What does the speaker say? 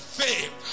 faith